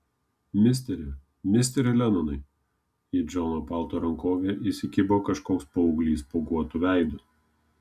misteri misteri lenonai į džono palto rankovę įsikibo kažkoks paauglys spuoguotu veidu